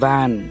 Van